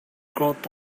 growth